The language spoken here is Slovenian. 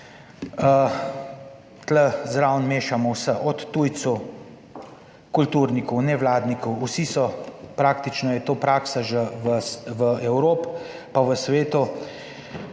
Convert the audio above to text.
Tukaj zraven mešamo vse, od tujcev, kulturnikov, nevladnikov, vsi so, praktično je to praksa že v Evropi pa v svetu,